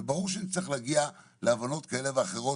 וברור שנצטרך להגיע להבנות כאלה ואחרות,